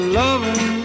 loving